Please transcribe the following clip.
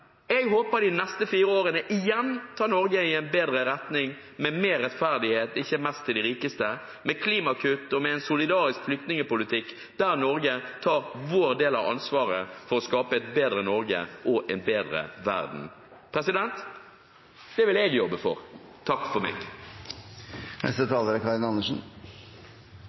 Jeg håper de neste fire årene igjen tar Norge i en bedre retning, med mer rettferdighet, ikke mest til de rikeste, med klimakutt og med en solidarisk flyktningpolitikk der vi tar vår del av ansvaret for å skape et bedre Norge og en bedre verden. Det vil jeg jobbe for. Takk for meg!